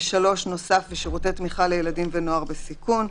ב-(3) נוסף ושירותי תמיכה לילדים ונוער בסיכון.